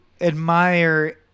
admire